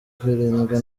kwirindwa